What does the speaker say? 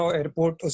airport